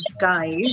guys